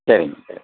சரிங்க சரி